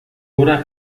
obra